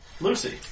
Lucy